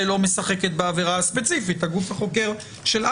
תספרו לי על כל החקירות שנפתחו על הבן